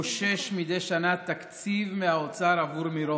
לקושש מדי שנה תקציב מהאוצר עבור מירון.